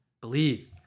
Believe